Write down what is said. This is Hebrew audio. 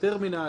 הטרמינל,